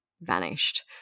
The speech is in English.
vanished